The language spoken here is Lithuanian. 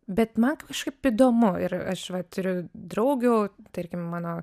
bet man kažkaip įdomu ir aš va turiu draugių tarkim mano